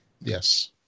Yes